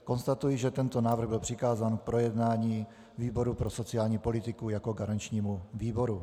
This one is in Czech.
Konstatuji, že tento návrh byl přikázán k projednání výboru pro sociální politiku jako garančnímu výboru.